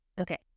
Okay